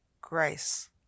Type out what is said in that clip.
grace